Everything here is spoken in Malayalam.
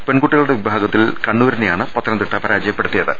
പെൺകുട്ടികളുടെ വിഭാ ഗത്തിൽ കണ്ണൂരിനെയാണ് പത്തനംതിട്ട പരാജയപ്പെടുത്തിയത്